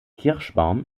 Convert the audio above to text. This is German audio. kirschbaum